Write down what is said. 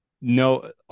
no